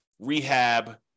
rehab